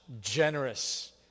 generous